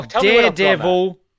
daredevil